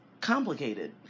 complicated